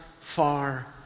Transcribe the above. far